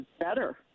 better